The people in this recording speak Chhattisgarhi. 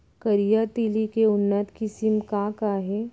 करिया तिलि के उन्नत किसिम का का हे?